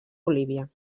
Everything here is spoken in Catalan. bolívia